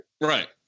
right